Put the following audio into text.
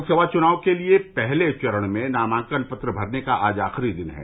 लोकसभा चुनाव के लिए पहले चरण में नामांकन पत्र भरने का आज आखिरी दिन है